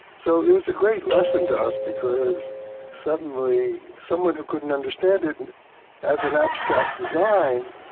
so it was a great lesson to us because suddenly someone who couldn't understand it and as an abstract design,